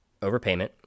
overpayment